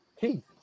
keith